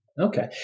Okay